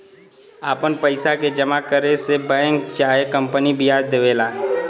आपन पइसा के जमा करे से बैंक चाहे कंपनी बियाज देवेला